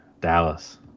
Dallas